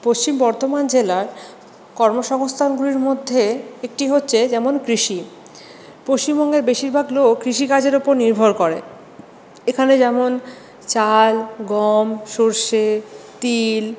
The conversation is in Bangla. পশ্চিম বর্ধমান জেলার কর্মসংস্থানগুলির মধ্যে একটি হচ্ছে যেমন কৃষি পশ্চিমবঙ্গের বেশিরভাগ লোক কৃষিকাজের উপর নির্ভর করে এখানে যেমন চাল গম সরষে তিল